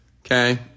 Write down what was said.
Okay